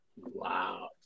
Wow